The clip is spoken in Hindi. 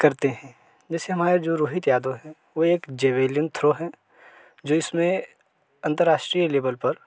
करते हैं जैसे हमारे जो रोहित यादव है वो एक जैवलिन थ्रो है जिसमें अंतर्राष्ट्रीय लेवल पर